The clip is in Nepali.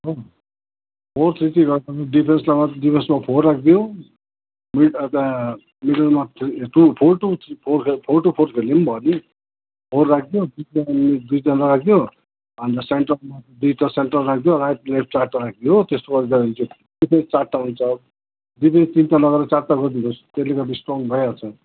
अँ फोर थ्री थ्री गरेर डिफेन्सलाई डिफेन्समा फोर राखिदियौँ मिडलमा four two four two four four two four खेले पनि भयो नि फोर राखिदियो बिचमा दुईजना राख्दियो अन्त सेन्टरमा दुईटा सेन्टर राख्दियो चारवटा राखिदियो त्यसो गर्दा चारवटा हुन्छ डिफेन्स तिनवटा नगरेर चारवटा गरिदिनुहोस् त्यसले गर्दा स्ट्रङ भइहाल्छ